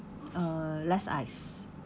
uh less ice